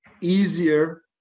easier